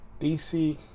DC